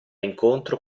incontro